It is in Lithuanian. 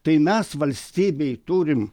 tai mes valstybėj turim